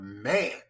man